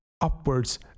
Upwards